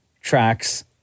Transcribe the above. tracks